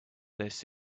this